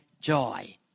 joy